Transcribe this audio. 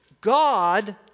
God